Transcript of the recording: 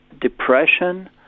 depression